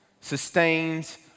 sustains